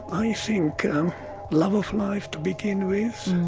i think love of life to begin with,